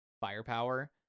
firepower